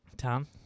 Tom